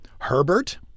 herbert